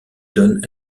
donne